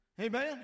Amen